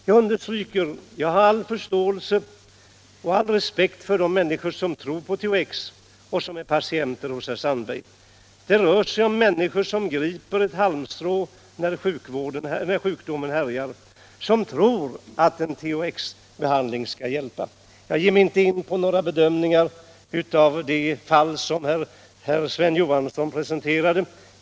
Jag understryker: Jag har all förståelse och all respekt för de människor som tror på THX och som är patienter hos herr Sandberg. Det rör sig om människor som griper ett halmstrå när sjukdomen härjar, som tror att en THX-behandling skall hjälpa. Jag ger mig inte in på några bedömningar av det fall som herr Sven Johansson presenterade.